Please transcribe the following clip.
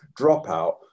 dropout